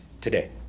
today